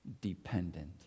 dependent